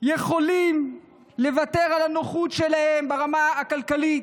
יכולים לוותר על הנוחות שלהם ברמה הכלכלית,